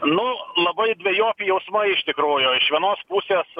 nu labai dvejopi jausmai iš tikrųjų iš vienos pusės